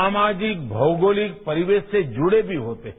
सामाजिक भौगोलिक परिवेश से जुड़े भी होते हैं